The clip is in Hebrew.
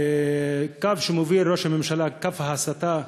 הקו שמוביל ראש הממשלה, קו ההסתה,